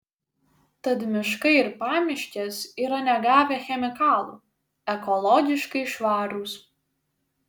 tad miškai ir pamiškės yra negavę chemikalų ekologiškai švarūs